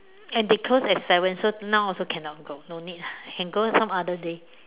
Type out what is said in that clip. and they close at seven so now also cannot go no need ah can go some other day